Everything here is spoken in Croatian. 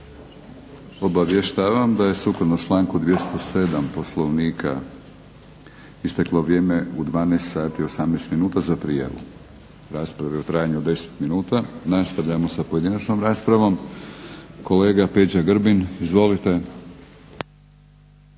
Obavještavam da je sukladno članku 207. Poslovnika isteklo vrijeme u 12,18 minuta za prijavu rasprave u trajanju od 10 minuta. Nastavljamo sa pojedinačnom raspravom. Kolega Peđa Grbin, izvolite.